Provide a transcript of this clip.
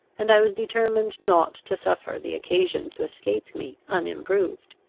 and i was determined not to suffer the occasion to escape me unimproved.